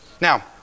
Now